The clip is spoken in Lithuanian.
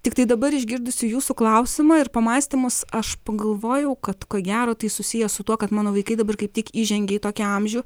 tiktai dabar išgirdusi jūsų klausimą ir pamąstymus aš pagalvojau kad ko gero tai susiję su tuo kad mano vaikai dabar kaip tik įžengė į tokį amžių